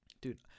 dude